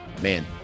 Man